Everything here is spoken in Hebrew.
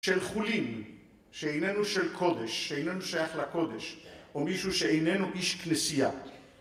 של חולין, שאיננו של קודש, שאיננו שייך לקודש, או מישהו שאיננו איש כנסייה.